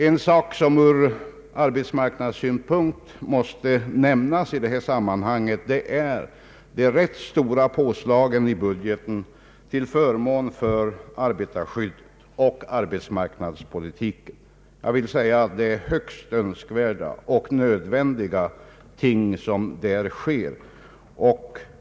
En sak som ur arbetsmarknadssynpunkt måste nämnas i det här sammanhanget är de rätt stora påslagen i budgeten till förmån för arbetarskyddet och arbetsmarknadspolitiken. Jag vill framhålla att det är högst nödvändiga saker som där sker.